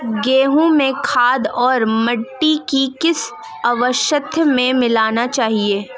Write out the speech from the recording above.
गेहूँ में खाद को वृद्धि की किस अवस्था में मिलाना चाहिए?